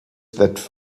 that